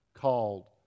called